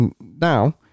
now